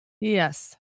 Yes